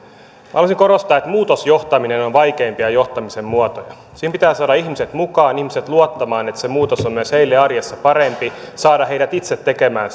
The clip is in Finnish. haluaisin korostaa että muutosjohtaminen on vaikeimpia johtamisen muotoja siihen pitää saada ihmiset mukaan ihmiset luottamaan että se muutos on myös heille arjessa parempi saada heidät itse tekemään